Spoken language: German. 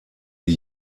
die